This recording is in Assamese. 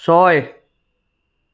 ছয়